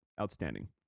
outstanding